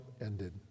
ended